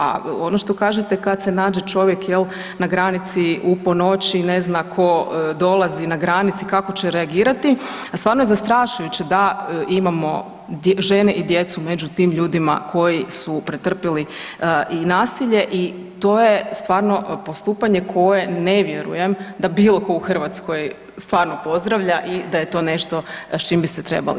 A ono što kažete kad se nađe čovjek jel na granici u po noći, ne zna ko dolazi na granici, kako će reagirati, stvarno je zastrašujuće da imamo žene i djecu među tim ljudima koji su pretrpili i nasilje i to je stvarno postupanje koje ne vjerujem da bilo ko u Hrvatskoj stvarno pozdravlja i da je to nešto s čim bi se trebali hvaliti.